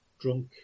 drunk